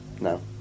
no